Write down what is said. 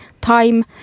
time